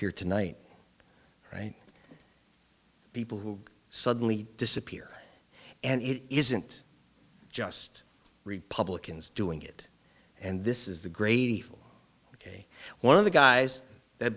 here tonight right people who suddenly disappear and it isn't just republicans doing it and this is the gravy ok one of the guys that